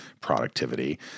productivity